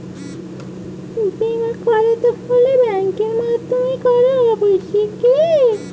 বিমা করাতে হলে ব্যাঙ্কের মাধ্যমে করা আবশ্যিক কি?